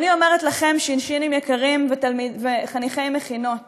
ואני אומרת לכם, שינשינים יקרים וחניכי מכינות: